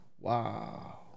Wow